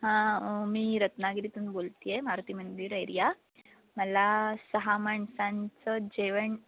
हां मी रत्नागिरीतून बोलते आहे मारुती मंदिर एरिया मला सहा माणसांचं जेवण